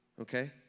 okay